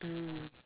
mm